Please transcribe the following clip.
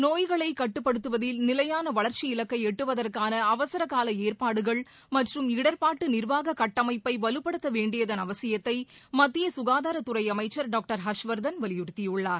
நோய்களை கட்டுப்படுத்துவதில் நிலையான வளர்ச்சி இலக்கை எட்டுவதற்கான அவசர கால ஏற்பாடுகள் மற்றும் இடர்பாட்டு நிர்வாக கட்டமைப்பை வலுப்படுத்த வேண்டியதன் அவசியத்தை மத்திய சுகாதாரத்துறை அமைச்சர் டாக்டர் ஹர்ஷ்வர்தன் வலியுறுத்தியுள்ளார்